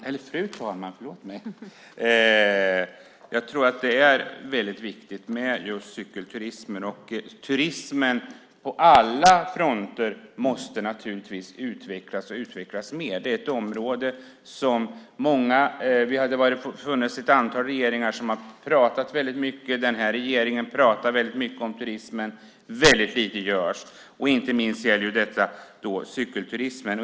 Fru talman! Jag tycker att det är väldigt viktigt med cykelturismen. Turismen på alla fronter måste naturligtvis utvecklas mer. Det är ett område som ett antal regeringar har pratat väldigt mycket om. Den här regeringen pratar väldigt mycket om turismen, men väldigt lite görs. Inte minst gäller detta cykelturismen.